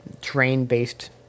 train-based